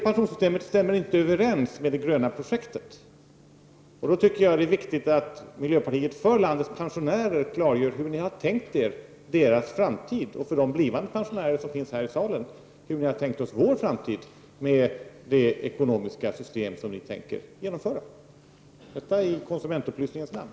Pensionssystemet stämmer inte överens med det gröna projektet, och då tycker jag att det är viktigt att miljöpartiet för landets pensionärer klargör hur ni har tänkt er deras framtid och för de blivande pensionärer som finns här i salen hur ni har tänkt er vår framtid, med det ekonomiska system som ni tänker genomföra — detta i konsumentupplysningens namn.